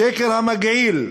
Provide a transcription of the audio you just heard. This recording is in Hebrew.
השקר המגעיל,